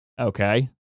Okay